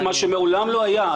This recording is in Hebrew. מה אתה מספר לי שיש לך צוותים.